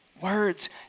Words